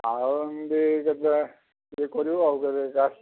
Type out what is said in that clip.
ଆଉ ଏମିତି କେତେବେଳେ ଇଏ କରିବ ଆଉ କେବେ ଆସୁ